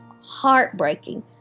heartbreaking